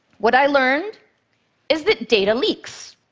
what i learned is that data leaks.